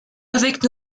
avec